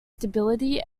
stability